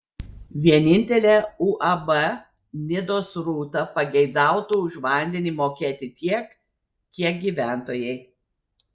vienintelė uab nidos rūta pageidautų už vandenį mokėti tiek kiek gyventojai